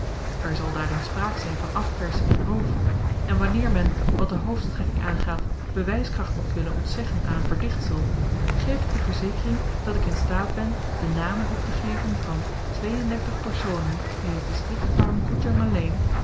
er zal daarin spraak zyn van afspersing en roof en wanneer men wat de hoofdstrekking aangaat bewyskracht mocht willen ontzeggen aan een verdichtsel geef ik de verzekering dat ik in staat ben de namen optegeven van twee-en-dertig personen in het distrikt parang koedjang alleen